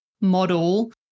model